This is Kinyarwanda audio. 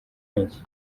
n’iki